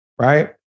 Right